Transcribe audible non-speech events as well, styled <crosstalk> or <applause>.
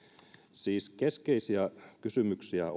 siis keskeisiä kysymyksiä <unintelligible>